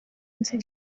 nzi